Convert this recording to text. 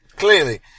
Clearly